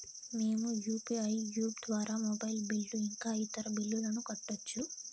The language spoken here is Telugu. మేము యు.పి.ఐ యాప్ ద్వారా మొబైల్ బిల్లు ఇంకా ఇతర బిల్లులను కట్టొచ్చు